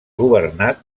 governat